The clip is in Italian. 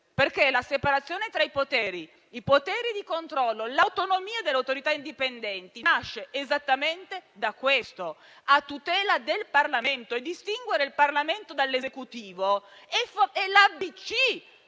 perché la separazione tra i poteri, i poteri di controllo, l'autonomia delle autorità indipendenti nascono esattamente da questo, a tutela del Parlamento. Distinguere il Parlamento dall'Esecutivo è l'ABC